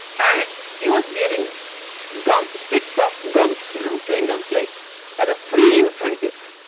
and he was giving gum sticks of gums you know chewing gums like as a free incentives